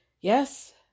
Yes